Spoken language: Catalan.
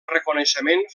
reconeixement